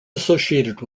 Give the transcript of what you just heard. associated